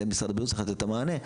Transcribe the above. זה משרד הבריאות צריך לתת את המענה,